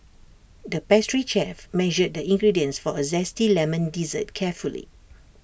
the pastry chef measured the ingredients for A Zesty Lemon Dessert carefully